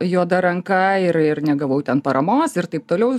juoda ranka ir negavau ten paramos ir taip toliau